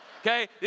okay